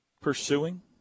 pursuing